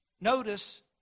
notice